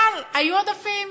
אבל היו עודפים.